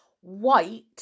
white